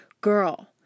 girl